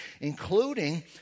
including